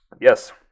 yes